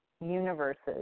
universes